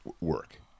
work